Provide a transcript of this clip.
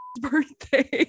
birthday